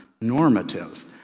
normative